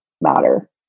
matter